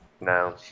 no